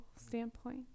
standpoint